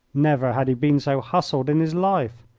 never had he been so hustled in his life.